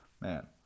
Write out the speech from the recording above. man